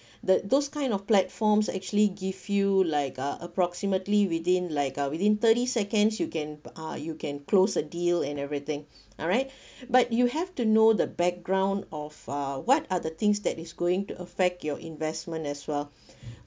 the those kind of platforms actually give you like a approximately within like uh within thirty seconds you can uh you can close a deal and everything alright but you have to know the background of uh what are the things that is going to affect your investment as well